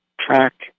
track